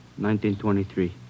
1923